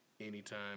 anytime